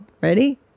Ready